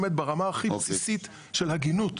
באמת ברמה הכי בסיסית של הגינות,